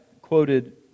quoted